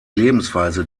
lebensweise